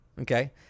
okay